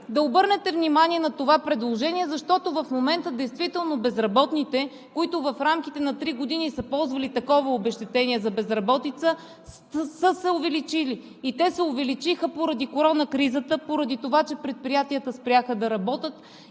да обърнете внимание на това предложение, защото в момента действително безработните, които в рамките на три години са ползвали такова обезщетение за безработица, са се увеличили, и те се увеличиха поради корона кризата, поради това, че предприятията спряха да работят.